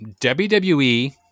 WWE